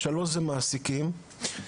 המעסיקים,